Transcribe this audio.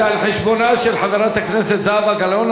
זה על חשבונה של חברת הכנסת זהבה גלאון,